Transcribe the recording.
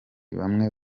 bamwe